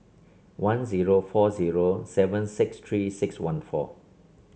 one zero four zero seven six Three six one four